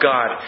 God